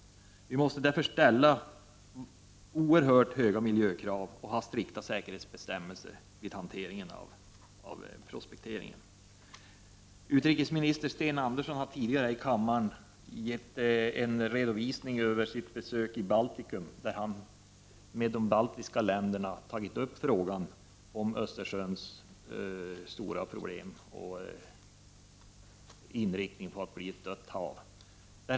Vi måste därför ställa oerhört höga miljökrav och ha strikta säkerhetsbestämmelser vid hanteringen av prospekteringen. Utrikesminister Sten Andersson har tidigare i dag i kammaren redogjort för sitt besök i Baltikum där han med företrädare för de baltiska länderna tog upp frågan om Östersjöns stora problem och risken att det kommer att bli ett dött hav.